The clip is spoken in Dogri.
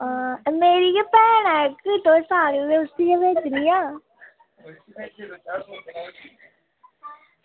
आं नेईं भैन ऐ इक्क तुस आक्खो तां उसी गै रक्खनी आं